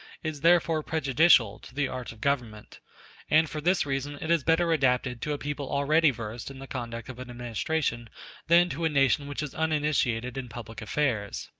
is therefore prejudicial to the art of government and for this reason it is better adapted to a people already versed in the conduct of an administration than to a nation which is uninitiated in public affairs.